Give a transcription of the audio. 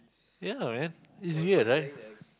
yea man it's weird right